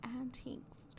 antiques